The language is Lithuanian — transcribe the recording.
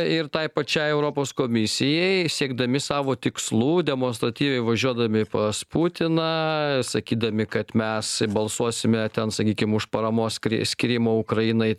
ir tai pačiai europos komisijai siekdami savo tikslų demonstratyviai važiuodami pas putiną sakydami kad mes balsuosime ten sakykim už paramos skyrimą ukrainai